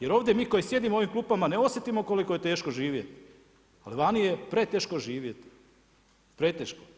Jer ovdje mi koji sjedimo u ovim klupama ne osjetimo koliko je teško živjeti, ali vani je preteško živjet, preteško.